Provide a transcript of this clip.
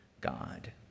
God